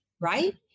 right